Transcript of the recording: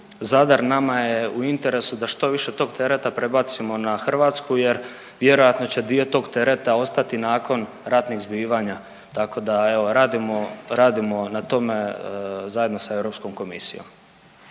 Zadar. Nama je u interesu da što više tog tereta prebacimo na Hrvatsku jer vjerojatno će dio tog tereta ostati nakon ratnih zbivanja, tako da evo, radimo na tome zajedno sa EK. **Reiner,